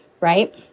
right